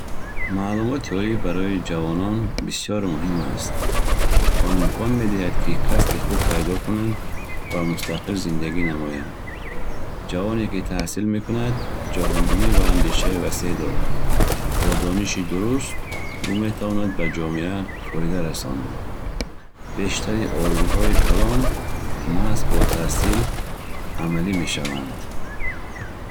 Маълумоти олӣ барои ҷавонон бисёр муҳим аст. Он имконият медиҳад, ки касби хуб пайдо кунанд ва мустақил зиндагӣ намоянд. Ҷавоне, ки таҳсил мекунад, ҷаҳонбинӣ ва андешаи васеъ дорад. Бо дониши дуруст, ӯ метавонад ба ҷомеа фоида расонад. Бештари орзуҳои калон маҳз бо таҳсил амалӣ мешаванд.